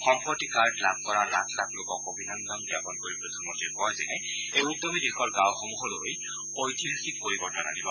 সম্পত্তি কাৰ্ড লাভ কৰা লাখ লাখ লোকক অভিনন্দন জ্ঞাপন কৰি প্ৰধানমন্ত্ৰীয়ে কয় যে এই উদ্যমে দেশৰ গাঁওসমূহলৈ ঐতিহাসিক পৰিৱৰ্তন আনিব